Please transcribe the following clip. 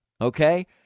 Okay